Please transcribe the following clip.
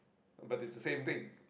but it's the same thing